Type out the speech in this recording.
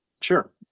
Sure